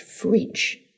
fridge